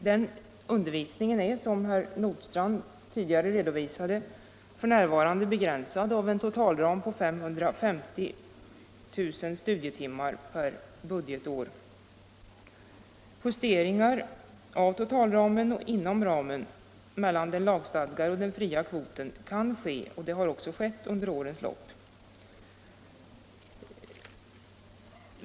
Den undervisningen är, som herr Nordstrandh tidigare redovisade, f. n. begränsad av en totalram på 550 000 studietimmar per budgetår. Justeringar av totalramen och inom ramen, mellan den lagstadgade och den fria kvoten, kan ske och har också skett under årens lopp.